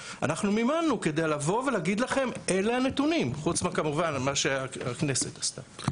כדי לבוא ולהגיד לכם "אלה הנתונים"; חוץ ממה שהכנסת עשתה,